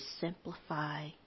simplify